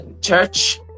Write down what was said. church